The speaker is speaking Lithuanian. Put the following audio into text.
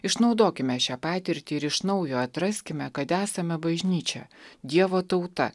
išnaudokime šią patirtį ir iš naujo atraskime kad esame bažnyčia dievo tauta